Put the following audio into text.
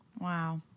Wow